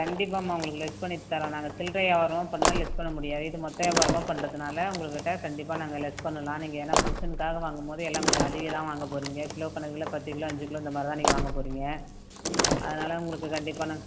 கண்டிப்பாகமா உங்களுக்கு லெஸ் பண்ணி தரோம் நாங்கள் சில்ரை யாவாரமாக பண்ணால் லெஸ் பண்ண முடியாது இது மொத்த யாவாரமாக பண்ணுறதுனால உங்கள்கிட்ட கண்டிப்பாக நாங்கள் லெஸ் பண்ணலாம் நீங்கள் ஏனா ஃபங்ஷன்காக வாங்கும் போது எல்லாம் கொஞ்ச அதிக தான் வாங்க போகறீங்க கிலோ கணக்கில் பத்து கிலோ அஞ்சு கிலோ இந்த மாதிரி தான் நீங்கள் வாங்க போகறீங்க அதனால் உங்களுக்கு கண்டிப்பாக நான்